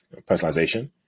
personalization